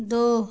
दो